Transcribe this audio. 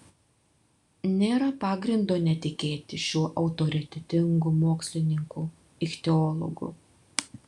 nėra pagrindo netikėti šiuo autoritetingu mokslininku ichtiologu